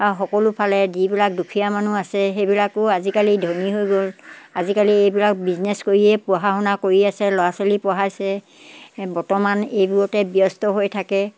আৰু সকলো ফালে যিবিলাক দুখীয়া মানুহ আছে সেইবিলাকো আজিকালি ধনী হৈ গ'ল আজিকালি এইবিলাক বিজনেছ কৰিয়ে পঢ়া শুনা কৰি আছে ল'ৰা ছোৱালী পঢ়াইছে বৰ্তমান এইবোৰতে ব্যস্ত হৈ থাকে